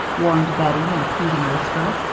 warned bettie, in a pleading whisper.